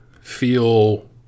feel